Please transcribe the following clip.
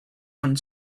and